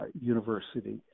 university